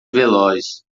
veloz